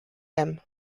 him